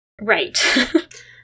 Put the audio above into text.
Right